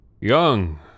young